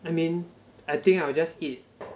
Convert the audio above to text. I mean I think I will just eat